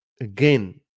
again